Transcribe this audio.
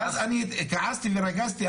ואז אני כעסתי ורגזתי.